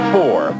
Four